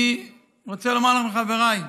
אני רוצה לומר לכם, חבריי,